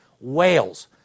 whales